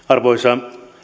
arvoisa